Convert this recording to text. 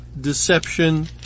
deception